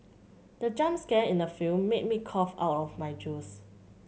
the jump scare in the film made me cough out my juice